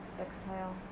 exhale